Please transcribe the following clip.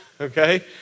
okay